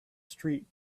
street